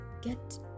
get